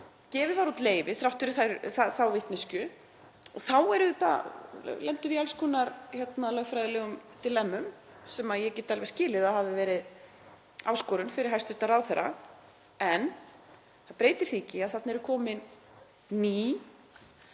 gefið var út leyfi þrátt fyrir þá vitneskju. Þá lentum við í alls konar lögfræðilegum dilemmum sem ég get alveg skilið að hafi verið áskorun fyrir hæstv. ráðherra. En það breytir því ekki að þarna eru komin ný,